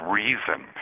reason